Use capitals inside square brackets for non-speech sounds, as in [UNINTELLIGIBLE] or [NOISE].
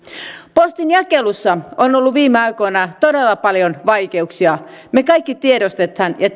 postinjakelussa on ollut viime aikoina todella paljon vaikeuksia me kaikki tiedostamme ja [UNINTELLIGIBLE]